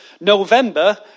November